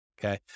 Okay